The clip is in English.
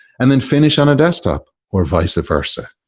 and then finish on a desktop or vice-versa.